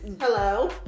Hello